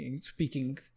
speaking